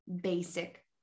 basic